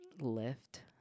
lift